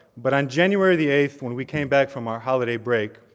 but in january the eighth, when we came back from our holiday break,